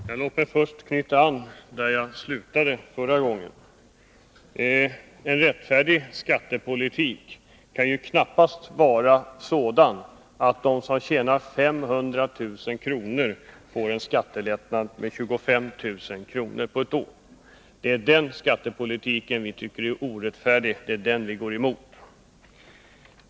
Herr talman! Låt mig först knyta an där jag slutade förra gången. En rättfärdig skattepolitik kan knappast vara sådan att de som tjänar 500 000 kr. får en skattelättnad på 25 000 kr. på ett år. Det är den skattepolitiken vi tycker är orättfärdig, det är den vi går emot.